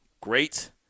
Great